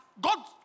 God